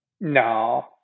No